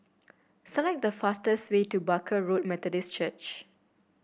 select the fastest way to Barker Road Methodist Church